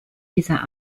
dieser